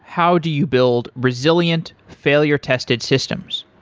how do you build resilient failure-tested systems?